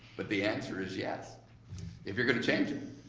but the answer is yes if you're gonna change it.